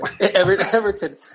Everton